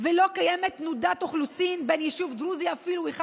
שלא קיימת תנודת אוכלוסין אפילו בין יישוב דרוזי אחד למשנהו.